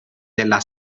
della